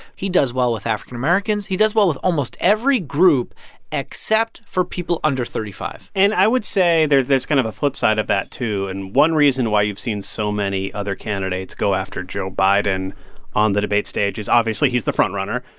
he does well with african americans. he does well with almost every group except for people under thirty five point and i would say there's there's kind of a flipside of that, too. and one reason why you've seen so many other candidates go after joe biden on the debate stage is obviously he's the front-runner.